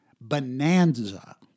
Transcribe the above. bonanza